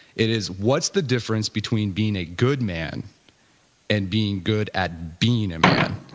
it is what's the difference between being a good man and being good at being a man,